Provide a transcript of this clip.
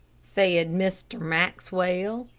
said mr. maxwell.